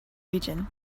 region